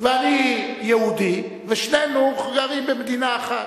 ואני יהודי ושנינו גרים במדינה אחת.